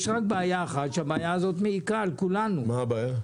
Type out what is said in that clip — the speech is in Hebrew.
יש בעיה אחת שמעיקה על כולנו,